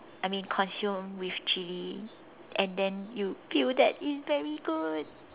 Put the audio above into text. I mean consume with chili and then you feel that it's very good